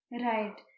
Right